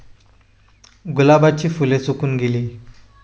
गुलाबाची फुले सुकून गेली